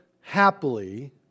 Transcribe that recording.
happily